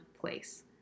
place